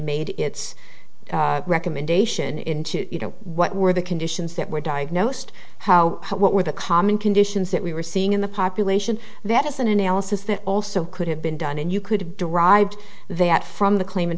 made its recommendation into you know what were the conditions that were diagnosed how what were the common conditions that we were seeing in the population that is an analysis that also could have been done and you could have derived that from the claim